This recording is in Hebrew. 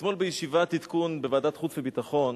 אתמול, בישיבת עדכון בוועדת החוץ והביטחון,